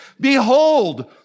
Behold